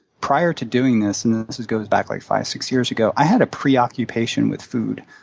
prior to doing this, and this this goes back like five, six years ago, i had a preoccupation with food.